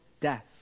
death